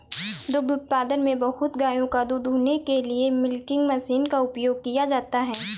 दुग्ध उत्पादन में बहुत गायों का दूध दूहने के लिए मिल्किंग मशीन का उपयोग किया जाता है